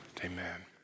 Amen